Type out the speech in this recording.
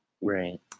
Right